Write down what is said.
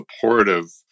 supportive